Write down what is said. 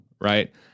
right